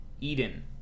Eden